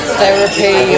therapy